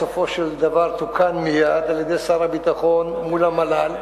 בסופו של דבר תוקן מייד על-ידי שר הביטחון מול המל"ל.